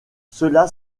cela